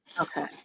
Okay